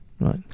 Right